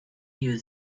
you